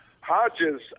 Hodges